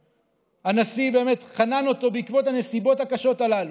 והנשיא באמת חנן אותו בעקבות הנסיבות הקשות הללו,